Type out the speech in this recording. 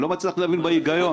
אני לא מצליח להבין הגיונית.